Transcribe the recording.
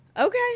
Okay